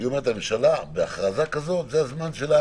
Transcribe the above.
היא אומרת שהממשלה, בהכרזה כזאת, זה הזמן שלה